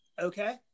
okay